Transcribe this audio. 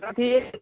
साथी